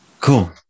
Cool